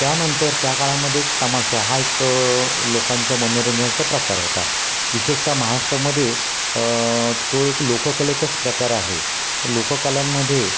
त्यांनतर त्या काळामध्ये एक तमाशा हा एक लोकांच्या मनोरंजनाचा प्रकार होता विशेषतः महाराष्ट्रामध्ये तो एक लोककलेचाच प्रकार आहे लोककलांमध्ये